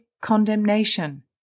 condemnation